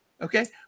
okay